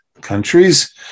countries